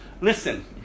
listen